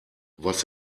was